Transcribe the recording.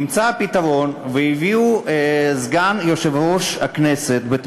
נמצא הפתרון והביאו סגן יושב-ראש כנסת נוסף,